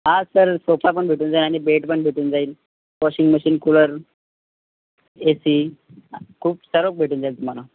हां sir sofa पण भेटून जाईल आणि बेड पण भेटून जाईल washing machine cooler A C खूप सर्वच भेटून जाईल तुम्हाला